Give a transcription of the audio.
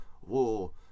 Whoa